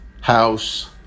House